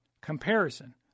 comparison